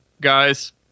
guys